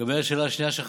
לגבי השאלה השנייה שלך,